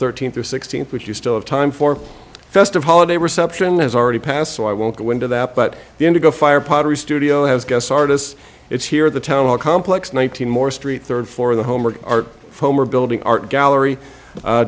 thirteenth the sixteenth which you still have time for festive holiday reception has already passed so i won't go into that but the indigo fire pottery studio has guess artists it's here the town hall complex one thousand more street third floor of the home or art form or building art gallery